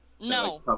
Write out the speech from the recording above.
No